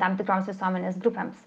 tam tikroms visuomenės grupėms